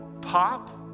pop